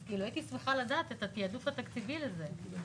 אז הייתי שמחה לדעת את התעדוף התקציבי לזה.